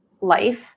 life